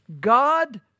God